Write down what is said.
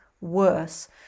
worse